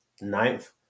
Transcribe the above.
ninth